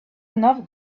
enough